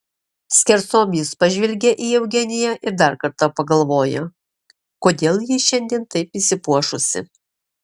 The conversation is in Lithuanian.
skersom jis pažvelgia į eugeniją ir dar kartą pagalvoja kodėl ji šiandien taip išsipuošusi